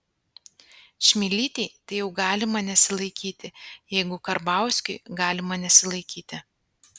čmilytei tai jau galima nesilaikyti jeigu karbauskiui galima nesilaikyti